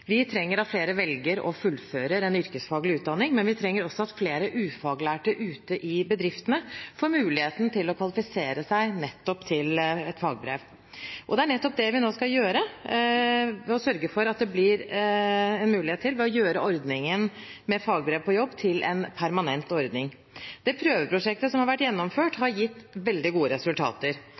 Vi trenger at flere velger å fullføre en yrkesfaglig utdanning, men vi trenger også at flere ufaglærte ute i bedriftene får mulighet til å kvalifisere seg til å ta fagbrev. Det er nettopp det vi nå skal gjøre: Vi skal sørge for at det blir mulig ved å gjøre ordningen med Fagbrev på jobb til en permanent ordning. Det prøveprosjektet som har vært gjennomført, har gitt veldig gode resultater.